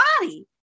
body